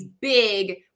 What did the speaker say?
big